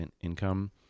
income